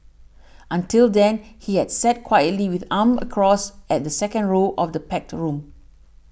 until then he had sat quietly with arms crossed at the second row of the packed room